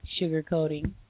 sugarcoating